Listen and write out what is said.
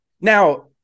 Now